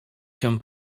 się